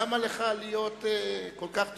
למה לך להיות כל כך תוקפני?